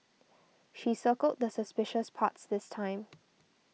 she circled the suspicious parts this time